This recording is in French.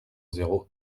zéro